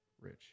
rich